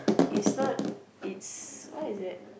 it's not it's what is that